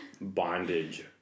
bondage